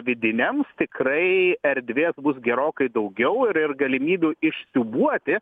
vidiniams tikrai erdvės bus gerokai daugiau ir ir galimybių išsiūbuoti